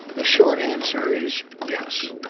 the short answer is yes.